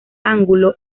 angulo